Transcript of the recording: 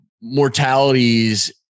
mortalities